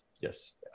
Yes